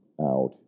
out